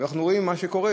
אנחנו רואים מה שקורה.